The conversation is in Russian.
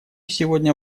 сегодня